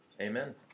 Amen